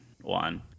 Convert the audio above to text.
one